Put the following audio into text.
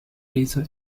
leser